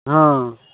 हँ